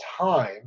time